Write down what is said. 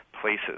places